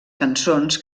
cançons